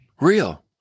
real